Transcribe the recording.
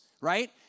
right